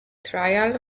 trial